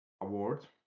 award